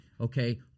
Okay